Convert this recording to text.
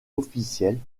officiels